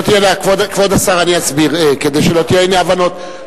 כבוד השר, אני אסביר כדי שלא תהיינה אי-הבנות.